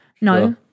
no